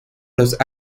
los